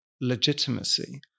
legitimacy